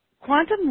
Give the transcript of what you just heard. quantum